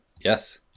yes